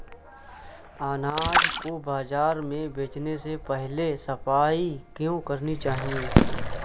अनाज को बाजार में बेचने से पहले सफाई क्यो करानी चाहिए?